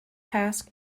task